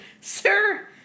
sir